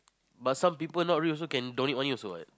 but some people not rich also can donate money also what